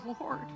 Lord